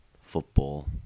football